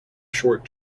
short